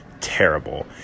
terrible